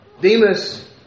Demas